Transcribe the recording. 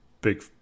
big